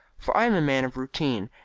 for i am a man of routine,